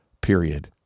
period